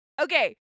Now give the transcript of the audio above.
Okay